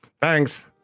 Thanks